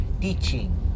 teaching